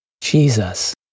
Jesus